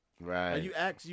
Right